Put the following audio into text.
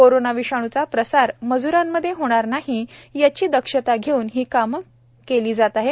corona विषाणूचा प्रसार मज्रांमध्ये होणार नाही याची दक्षता घेऊन ही कामं केली जात आहेत